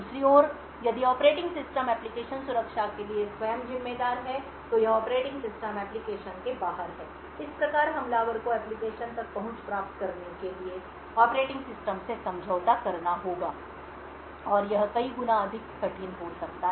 दूसरी ओर यदि ऑपरेटिंग सिस्टम एप्लिकेशन सुरक्षा के लिए स्वयं जिम्मेदार है तो यह ऑपरेटिंग सिस्टम एप्लिकेशन के बाहर है इस प्रकार हमलावर को एप्लिकेशन तक पहुंच प्राप्त करने के लिए ऑपरेटिंग सिस्टम से समझौता करना होगा और यह कई गुना अधिक कठिन हो सकता है